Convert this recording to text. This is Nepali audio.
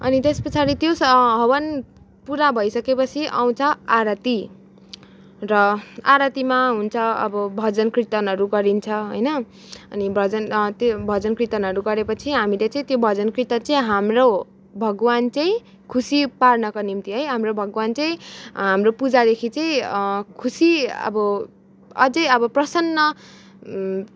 अनि त्यस पछाडी त्यो सा हवन पुरा भइसकेपछि आउँछ आरती र आरतीमा हुन्छ अब भजन कीर्तनहरू गरिन्छ होइन अनि भजन त्यो भजन कीर्तन गरेपछि हामीले चाहिँ त्यो भजन कीर्तन चाहिँ हाम्रो भगवान चाहिँ खुसी पार्नको निम्ति है हाम्रो भगवान चाहिँ हाम्रो पुजा देखि चाहिँ खुसी अब अझै अब प्रसन्न